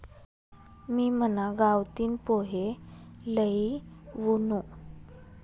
मी मना गावतीन पोहे लई वुनू